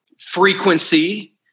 frequency